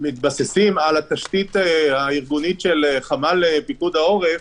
מתבססים על התשתית הארגונית של חמ"ל פיקוד העורף.